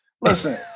listen